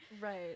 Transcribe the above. Right